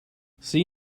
see